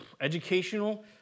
educational